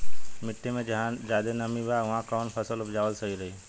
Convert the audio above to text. मिट्टी मे जहा जादे नमी बा उहवा कौन फसल उपजावल सही रही?